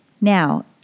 Now